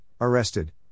arrested